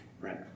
Right